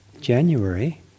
January